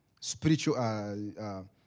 spiritual